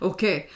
Okay